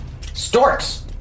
Storks